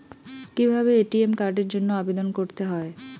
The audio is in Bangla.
কিভাবে এ.টি.এম কার্ডের জন্য আবেদন করতে হয়?